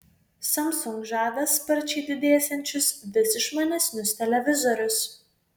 samsung žada sparčiai didėsiančius vis išmanesnius televizorius